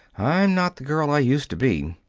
i'm not the girl i used to be.